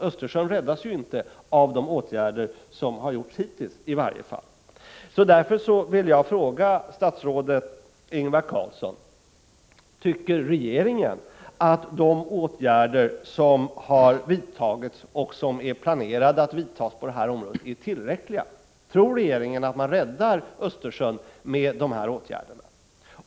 Östersjön räddas ju inte, i varje fall inte med de åtgärder som vidtagits hittills.